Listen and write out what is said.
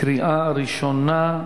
בקריאה ראשונה.